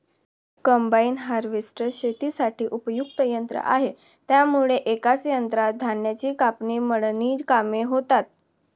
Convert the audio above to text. combine harvester शेतीसाठी उपयुक्त यंत्र आहे त्यामुळे एकाच यंत्रात धान्याची कापणी, मळणी कामे होतात